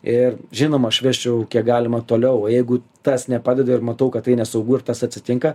ir žinoma aš vesčiau kiek galima toliau o jeigu tas nepadeda ir matau kad tai nesaugu ir tas atsitinka